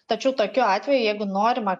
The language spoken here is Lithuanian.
tačiau tokiu atveju jeigu norima